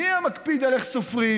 מי היה מקפיד איך סופרים?